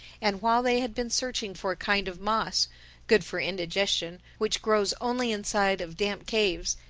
and while they had been searching for a kind of moss good for indigestion which grows only inside of damp caves,